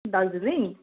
Darjeeling